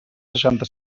seixanta